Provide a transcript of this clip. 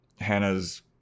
Hannah's